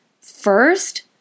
first